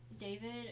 david